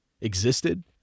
existed